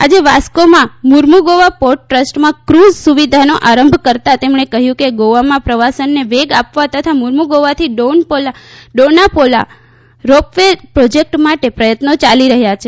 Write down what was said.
આજે વાસ્કોમાં માર્મુગોવા પોર્ટટ્રસ્ટમાં કુઝ સુવિધાનો આરંભ કરતાં તેમણે કહ્યું કે ગોવામાં પ્રવાસનને વેગ આપવા તથા માર્મુગોવાથી ડોનાપૌલા રોપ વે પ્રોજેકટ માટે પ્રથત્નો ચાલી રહ્યા છે